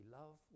love